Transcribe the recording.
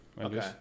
Okay